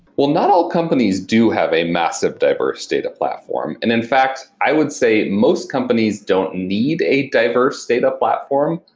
well, not all companies do have a massive diverse data platform. and in fact, i would say most companies don't need a diverse data platform.